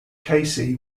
casey